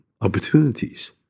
opportunities